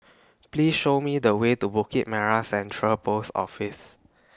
Please Show Me The Way to Bukit Merah Central Post Office